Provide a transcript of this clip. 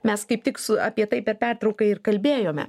mes kaip tik su apie tai per pertrauką ir kalbėjome